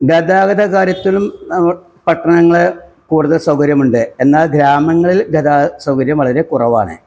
ഗതാഗത കാര്യത്തിലും നമ്മള് പട്ടണങ്ങളെ കൂടുതല് സൗകര്യമുണ്ട് എന്നാല് ഗ്രാമങ്ങളില് ഗതാഗത സൗകര്യം വളരെ കുറവാണ്